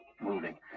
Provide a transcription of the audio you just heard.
moving